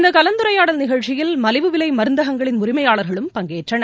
இந்தகலந்துரையாடல் நிகழ்ச்சியில் மலிவு விளைமருந்தகங்களின் உரிமையாளர்களும் பங்கேற்றனர்